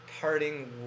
parting